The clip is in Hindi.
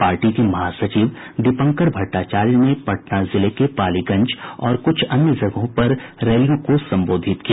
पार्टी के महासचिव दीपांकर भट्टाचार्य ने पटना जिले के पालीगंज और कुछ अन्य जगहों पर रैलियों को संबोधित किया